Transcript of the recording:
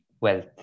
wealth